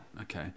Okay